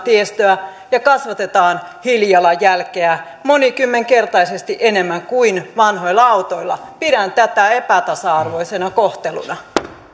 tiestöä ja kasvatetaan hiilijalanjälkeä monikymmenkertaisesti enemmän kuin vanhoilla autoilla pidän tätä epätasa arvoisena kohteluna